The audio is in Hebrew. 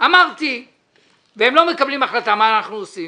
אז אמרתי ואם הם לא מקבלים החלטה, מה אנחנו עושים?